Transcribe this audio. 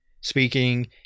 speaking